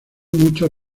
muchos